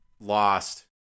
lost